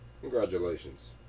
Congratulations